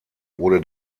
wurde